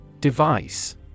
Device